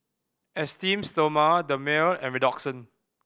Esteem Stoma Dermale and Redoxon